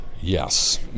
Yes